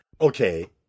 Okay